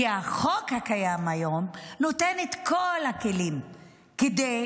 כי החוק הקיים היום נותן את כל הכלים כדי